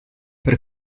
per